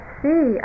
see